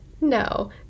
No